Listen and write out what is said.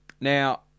Now